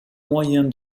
moyen